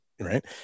right